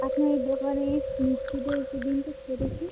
আপনি দোকানে মিষ্টি দই একটু দিন তো খেয়ে দেখি